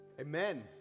Amen